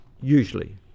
usually